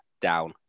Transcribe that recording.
down